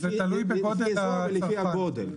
לפי אזור ולפי הגודל.